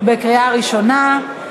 לקריאה ראשונה.